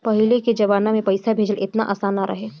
पहिले के जमाना में पईसा भेजल एतना आसान ना रहे